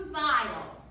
vile